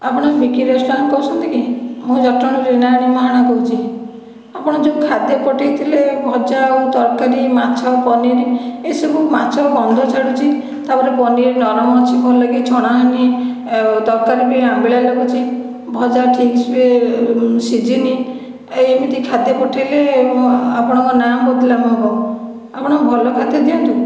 ଆପଣ ଭିକି ରେଷ୍ଟରୁରାଣ୍ଡରୁ କହୁଛନ୍ତି କି ମୁଁ ଜଟଣୀରୁ ରୀନାରାଣୀ ମହାରଣା କହୁଛି ଆପଣ ଯେଉଁ ଖାଦ୍ୟ ପଠାଇ ଥିଲେ ଭଜା ଆଉ ତରକାରୀ ମାଛ ପନିର ଏ ସବୁ ମାଛ ଗନ୍ଧ ଛାଡ଼ୁଛି ତା'ପରେ ପନିର ନରମ ଅଛି ଭଲ କି ଛଣା ହୋଇନାହିଁ ତରକାରୀ ବି ଆମ୍ବିଳା ଲାଗୁଛି ଭଜା ଠିକ୍ସେ ସିଝିନି ଏମିତି ଖାଦ୍ୟ ପଠାଇଲେ ଆପଣଙ୍କ ନାଁ ବଦନାମ ହେବ ଆପଣ ଭଲ ଖାଦ୍ୟ ଦିଅନ୍ତୁ